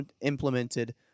implemented